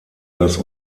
das